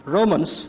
Romans